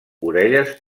orelles